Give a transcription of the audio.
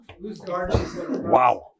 Wow